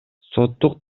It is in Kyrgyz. соттук